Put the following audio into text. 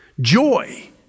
joy